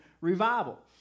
revival